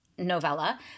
novella